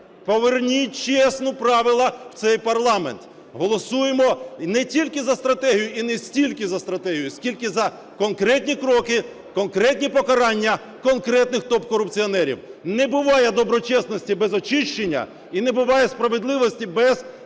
Поверніть чесні правила в цей парламент! Голосуймо не тільки за стратегію і не стільки за стратегію, скільки за конкретні кроки, конкретні покарання конкретних топ-корупціонерів! Не буває доброчесності без очищення і не буває справедливості за